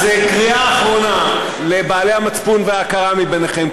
אז קריאה אחרונה לבעלי המצפון וההכרה מביניכם,